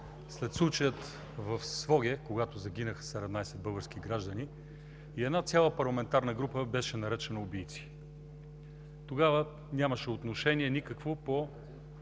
След случая в Своге, когато загинаха 17 български граждани, една цяла парламентарна група беше наречена „убийци“. Тогава нямаше никакво